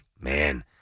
Man